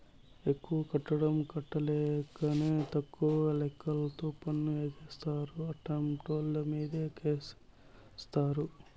ఎక్కువ కట్టడం ఇట్టంలేకనే తప్పుడు లెక్కలతో పన్ను ఎగేస్తారు, అట్టాంటోళ్ళమీదే కేసేత్తారు